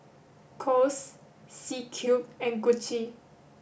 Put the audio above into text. Kose C Cube and Gucci